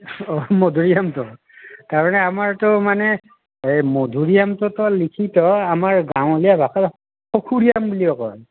অহ্ মধুৰিআমতো তাৰমানে আমাৰতো মানে এই মধুৰিআমটোতো লিখিত আমাৰ গাঁৱলীয়া ভাষাত সফুৰিআম বুলিও কয়